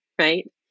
Right